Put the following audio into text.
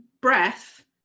breath